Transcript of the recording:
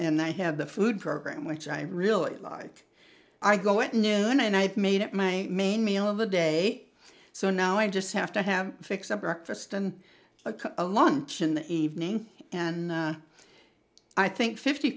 and i have the food program which i really like i go at noon and i've made it my main meal of the day so now i just have to have fix up breakfast and a lunch in the evening and i think fifty